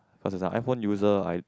cause as an iPhone user I